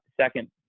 second